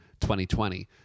2020